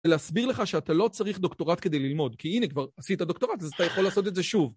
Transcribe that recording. ‫ולהסביר לך שאתה לא צריך דוקטורט ‫כדי ללמוד, ‫כי הנה, כבר עשית דוקטורט, ‫אז אתה יכול לעשות את זה שוב.